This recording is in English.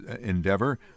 endeavor